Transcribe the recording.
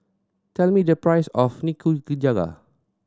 tell me the price of Nikujaga